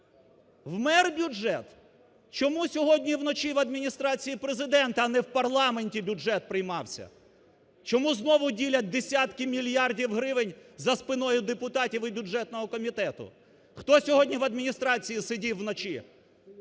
"Вмер" бюджет? Чому сьогодні вночі в Адміністрації Президента, а не в парламенті бюджет приймався? Чому знову ділять десятки мільярдів гривень за спиною депутатів і бюджетного комітету? Хто сьогодні в Адміністрації сидів вночі,